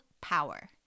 power